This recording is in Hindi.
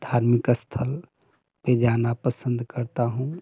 धार्मिक स्थल पे जाना पसंद करता हूँ